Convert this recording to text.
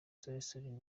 nsoresore